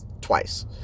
twice